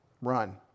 Run